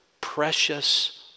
precious